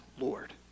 Lord